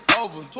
over